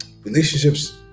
relationships